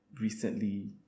recently